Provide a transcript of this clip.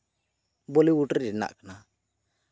Bollywood ᱨᱮᱱᱟᱜ ᱠᱟᱱᱟ